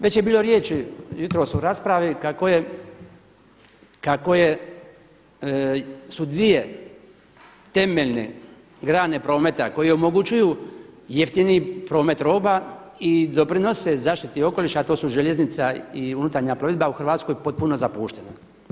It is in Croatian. Već je bilo riječi jutros o raspravi kako je, kako su dvije temeljne grane prometa koje omogućuju jeftiniji promet roba i doprinose zaštiti okoliša a to željeznica i unutarnja plovidba u Hrvatskoj potpuno zapuštene.